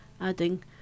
adding